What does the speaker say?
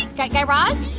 guy guy raz?